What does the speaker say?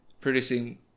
producing